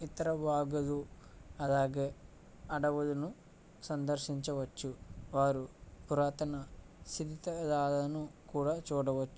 ఇతర వాగులు అలాగే అడవులను సందర్శించవచ్చు వారు పురాతన శిధిలాలను కూడా చూడవచ్చు